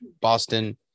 boston